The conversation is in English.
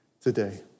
today